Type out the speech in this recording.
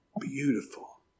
beautiful